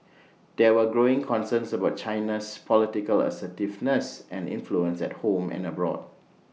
there are growing concerns about China's political assertiveness and influence at home and abroad